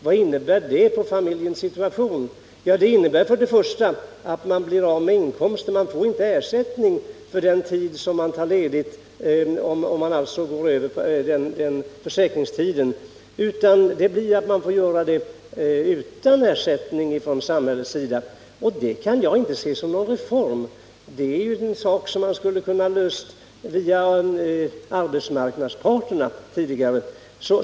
Vad innebär det för familjens situation? Jo, det innebär bl.a. att man blir av med en del av inkomsten. Man får inte ersättning för den tid som man tar ledigt om man går över försäkringstiden, utan man får denna ledighet utan ersättning från samhällets sida. Det kan jag inte se som någon reform, det är en sak man skulle kunna ha löst via arbetsmarknadens parter tidigare.